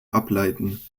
ableiten